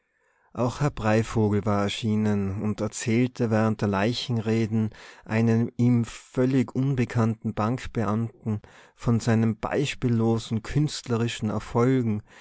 auch herr breivogel war erschienen und erzählte während der leichenreden einem ihm völlig unbekannten bankbeamten von seinen beispiellosen künstlerischen erfolgen